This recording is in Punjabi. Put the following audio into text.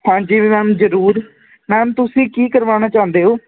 ਹਾਂਜੀ ਮੈਮ ਜ਼ਰੂਰ ਮੈਮ ਤੁਸੀਂ ਕੀ ਕਰਵਾਉਣਾ ਚਾਹੁੰਦੇ ਹੋ